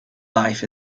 life